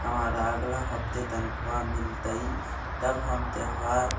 हमारा अगला हफ्ते तनख्वाह मिलतई तब हम तोहार